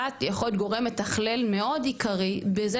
אתה יכול להיות גורם מתכלל מאוד עיקרי בזה